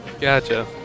Gotcha